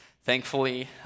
Thankfully